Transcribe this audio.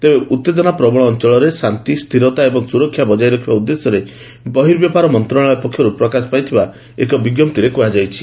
ତେବେ ଉତ୍ତେଜନା ପ୍ରବଣ ଅଞ୍ଚଳରେ ଶାନ୍ତି ସ୍ଥିରତା ଏବଂ ସୁରକ୍ଷା ବଜାୟ ରଖିବା ଉଦ୍ଦେଶ୍ୟରେ ବହିର୍ବ୍ୟାପାର ମନ୍ତ୍ରଶାଳୟ ପକ୍ଷରୁ ପ୍ରକାଶ ପାଇଥିବା ଏକ ବିଜ୍ଞପ୍ତିରେ ଏହା କୁହାଯାଇଛି